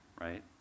Right